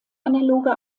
analoge